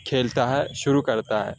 کھیلتا ہے شروع کرتا ہے